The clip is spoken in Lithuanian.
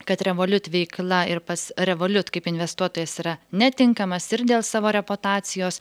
kad revolut veikla ir pats revolut kaip investuotojas yra netinkamas ir dėl savo reputacijos